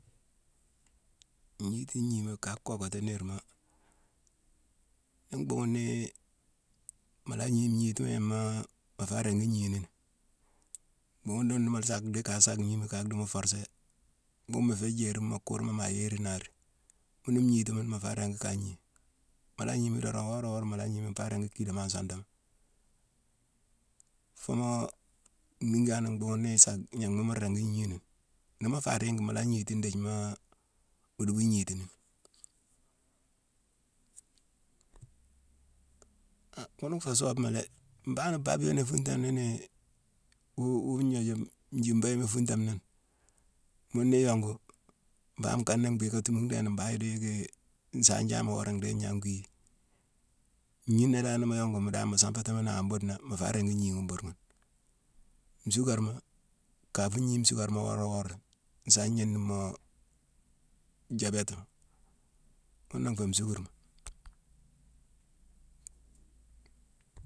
Ngniti ngnima ka kokati niirma, ni bhunghune nii mu la gnii ngnitima yémma mu fa ringi gni nini, mbhunghune dong ni mu sa dhii ka sa gniimi ka diimi forsé, bhunghune mu fé jéyerine mu kurma ma yéyerine naari, mune ngniti mune mu fa ringi kaa gni. Mu la gnimi dorong, wora wora mu la gniimi, nfa ringi kidémo an sondama. Foo moo nhingi hani bhunghune ni sa-gnanghma mu ringi gni nini. Ni mu féé a ringima, mu la gniti ndhéthimaa mu duubune gniti nini. Han ghune nfé soobama la dé; mbhangh babiyone i funtame nini wu-wu njiibo yéme i funtame nini. Mune ni yongu, mbangh nkana mbhiiké thumu ndhééne mbangh idii yicki nsaane jaa wora ndhéé gnangh gwii. Ngnina dan ni mu yongumi dan mu sanfatimi nangha buudena, mu fa ringi gnii ghune bhuude ghune. Suukarma, ka fu gnii nsuukarma wora wora, nsaa gnénnimoo jaabétima: ghuna nfé nsukurma.